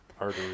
artery